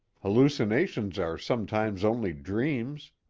hallucinations are sometimes only dreams.